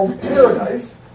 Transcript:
paradise